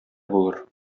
булыр